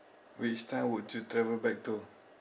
which time would you travel back to